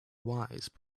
wise